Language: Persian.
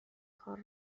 کار